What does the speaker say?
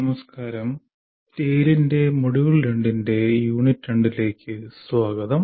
നമസ്കാരം TALE ന്റെ module 2 ന്റെ യൂണിറ്റ് 2 ലേക്ക് സ്വാഗതം